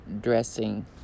dressing